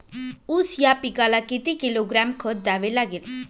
ऊस या पिकाला किती किलोग्रॅम खत द्यावे लागेल?